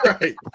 right